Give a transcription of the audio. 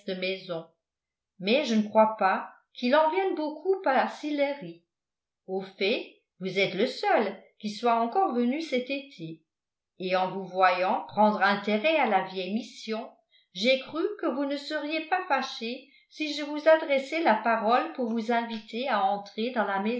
maison mais je ne crois pas qu'il en vienne beaucoup à sillery au fait vous êtes le seul qui soit encore venu cet été et en vous voyant prendre intérêt à la vieille mission j'ai cru que vous ne seriez pas fâchés si je vous adressais la parole pour vous inviter à entrer dans la